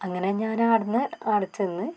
അങ്ങനെ ഞാൻ അവിടെ നിന്ന് അവിടെ ചെന്ന്